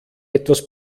etwas